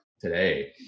today